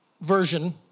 version